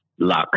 luck